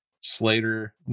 Slater